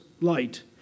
light